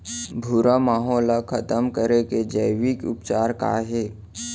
भूरा माहो ला खतम करे के जैविक उपचार का हे?